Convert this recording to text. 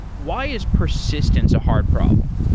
why is persistence a hard problem?